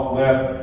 left